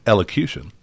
Elocution